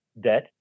debt